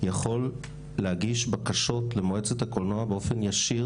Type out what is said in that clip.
יכול להגיש בקשות למועצת הקולנוע באופן ישיר.